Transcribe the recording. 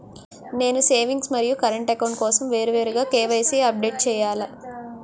నేను సేవింగ్స్ మరియు current account కోసం వేరువేరుగా కే.వై.సీ అప్డేట్ చేయాలా?